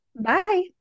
Bye